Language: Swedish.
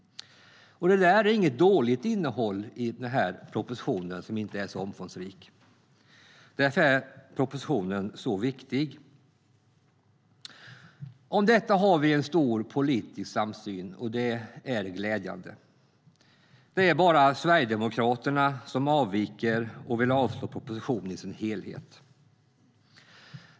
Det är inget dåligt innehåll i propositionen, som inte är så omfångsrik. Därför är proposition så viktig. Om detta har vi en stor politisk samsyn, och det är glädjande. Det är bara Sverigedemokraterna som avviker och vill avslå propositionen i sin helhet.